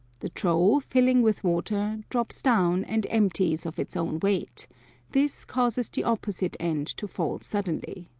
the trough, filling with water, drops down and empties of its own weight this causes the opposite end to fall suddenly.